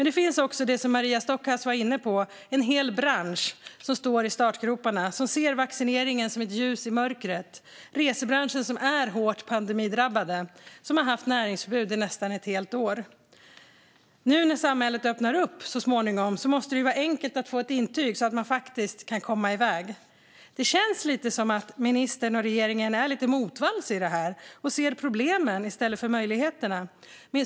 Det finns också det som Maria Stockhaus var inne på: en hel bransch som står i startgroparna och som ser vaccineringen som ett ljus i mörkret. Resebranschen är hårt pandemidrabbad och har haft näringsförbud i nästan ett helt år. När samhället så småningom öppnar upp måste det vara enkelt att få ett intyg så att man kan komma iväg. Det känns som att ministern och regeringen är lite motvalls i detta och ser problemen i stället för möjligheterna.